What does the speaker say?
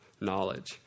knowledge